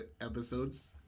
episodes